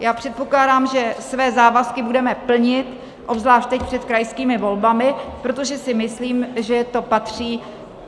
Já předpokládám, že své závazky budeme plnit, obzvlášť teď před krajskými volbami, protože si myslím, že to patří